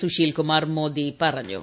സുശീൽകുമാർ മോദി പറഞ്ഞു